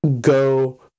go